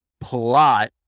plot